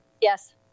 Yes